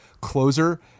closer –